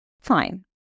Fine